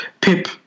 Pip